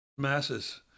masses